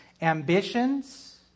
Ambitions